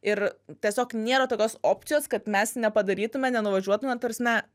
ir tiesiog nėra tokios opcijos kad mes nepadarytume nenuvažiuotume ta prasme